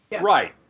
Right